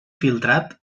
filtrat